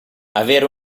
avere